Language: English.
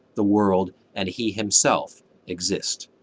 the world and he himself exist.